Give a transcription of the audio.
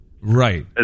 Right